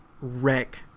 wreck